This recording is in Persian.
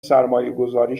سرمایهگذاری